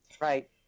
right